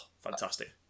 fantastic